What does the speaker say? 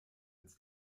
als